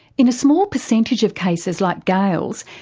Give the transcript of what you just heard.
in a small percentage of cases like gail's,